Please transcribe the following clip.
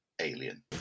Alien